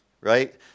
right